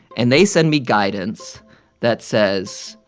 and they send me guidance that says,